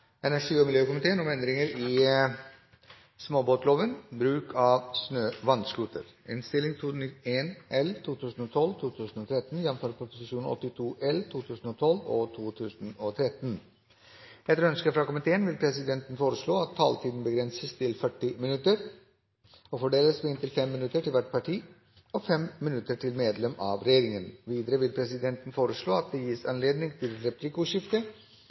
energi- og miljøkomiteen vil presidenten foreslå at taletiden begrenses til 40 minutter og fordeles med inntil 5 minutter til hvert parti og inntil 5 minutter til medlem av regjeringen. Videre vil presidenten foreslå at det gis anledning til replikkordskifte